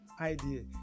idea